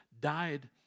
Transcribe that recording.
died